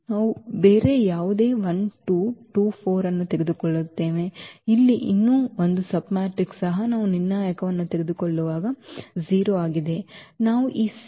ನಾವು ಬೇರೆ ಯಾವುದೇ 1 2 2 4 ಅನ್ನು ತೆಗೆದುಕೊಳ್ಳುತ್ತೇವೆ ಇಲ್ಲಿ ಇನ್ನೂ ಒಂದು ಸಬ್ಮ್ಯಾಟ್ರಿಕ್ಸ್ ಸಹ ನಾವು ನಿರ್ಣಾಯಕವನ್ನು ತೆಗೆದುಕೊಳ್ಳುವಾಗ ಇದು 0 ಆಗಿದೆ